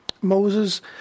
Moses